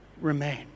remain